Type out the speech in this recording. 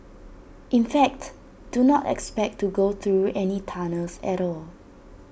in fact do not expect to go through any tunnels at all